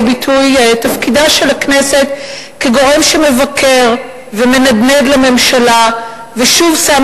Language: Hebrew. ביטוי תפקיד הכנסת כגורם שמבקר ומנדנד לממשלה ושוב שם